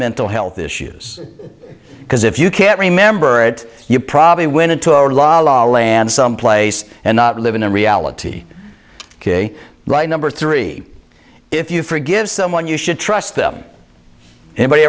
mental health issues because if you can't remember it you probably went into our la la land someplace and not living in reality ok right number three if you forgive someone you should trust them